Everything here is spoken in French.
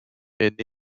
est